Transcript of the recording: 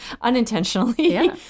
unintentionally